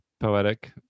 poetic